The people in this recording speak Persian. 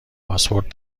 پاسپورت